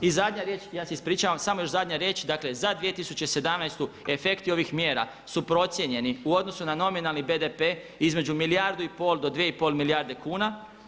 I zadnja riječ, ja se ispričav, samo još zadnja riječ, dakle za 2017. efekti ovih mjera su procijenjeni u odnosu na nominalni BDP između milijardu i pol do 2,5 milijarde kuna.